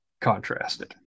contrasted